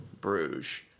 Bruges